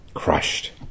Crushed